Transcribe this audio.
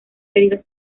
pedidos